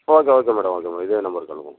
okay okay madam okay madam இதே நம்பருக்கு அனுப்புங்கள்